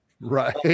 Right